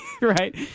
right